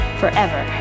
forever